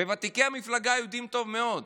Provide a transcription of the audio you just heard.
ותיקי המפלגה יודעים טוב מאוד.